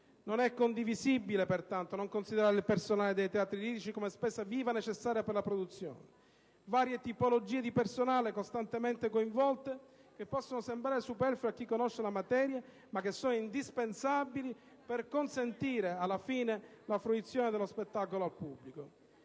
Non è condivisibile, pertanto, non considerare il personale dei teatri lirici come spesa viva necessaria per la produzione. Varie tipologie di personale, costantemente coinvolte, che possono sembrare superflue a chi non conosce la materia, sono indispensabili per consentire alla fine la fruizione della spettacolo al pubblico.